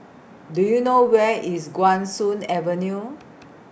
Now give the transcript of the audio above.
Do YOU know Where IS Guan Soon Avenue